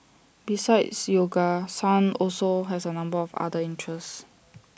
besides yoga sun also has A number of other interests